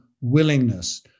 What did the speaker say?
willingness